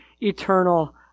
eternal